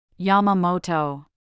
Yamamoto